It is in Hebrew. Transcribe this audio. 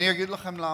אני אגיד לכם למה: